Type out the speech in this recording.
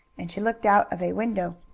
and she looked out of a window.